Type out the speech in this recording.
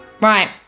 Right